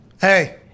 Hey